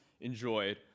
enjoyed